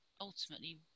ultimately